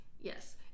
Yes